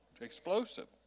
explosive